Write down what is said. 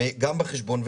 גם בחשבון,